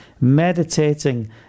meditating